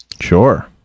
Sure